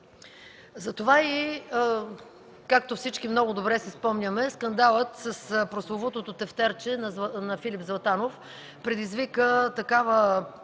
Затова и, както всички много добре си спомняме, скандалът с прословутото тефтерче на Филип Златанов предизвика буря